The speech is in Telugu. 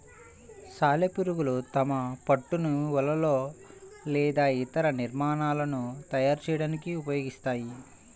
సాలెపురుగులు తమ పట్టును వలలు లేదా ఇతర నిర్మాణాలను తయారు చేయడానికి ఉపయోగిస్తాయి